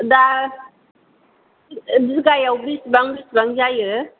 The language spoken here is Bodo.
दा बिगायाव बिसिबां बिसिबां जायो